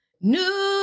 new